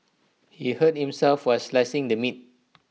he hurt himself while slicing the meat